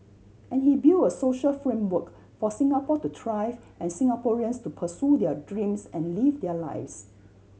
and he build a social framework for Singapore to thrive and Singaporeans to pursue their dreams and live their lives